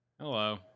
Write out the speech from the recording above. Hello